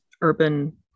urban